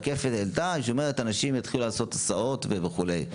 רקפת העלתה שאנשים התחילו לעשות הסעות וכולי.